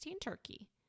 Turkey